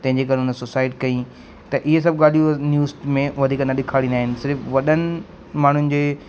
तंहिंजे करे उन सुसाइड कयईं त इहे सभु ॻाल्हियूं न्यूज़ में वधीक न ॾेखारींदा आहिनि सिर्फ़ु वॾनि माण्हुनि जे